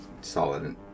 solid